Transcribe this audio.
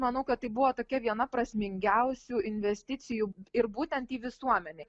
manau kad tai buvo tokia viena prasmingiausių investicijų ir būtent į visuomenę